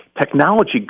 Technology